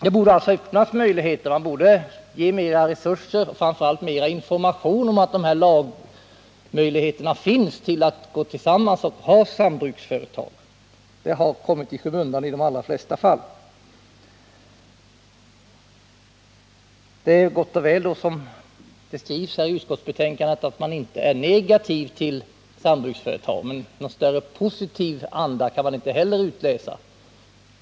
Det borde alltså ges mera resurser och framför allt mer information om att dessa möjligheter finns att gå tillsammans och driva sambruksföretag. Detta har kommit i skymundan i de allra flesta fall. Det är gott och väl som det skrivs i utskottsbetänkandet, att man inte är negativ till sambruksföretag. Men någon särskilt positiv anda kan man inte utläsa.